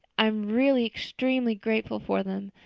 i'm really extremely grateful for them.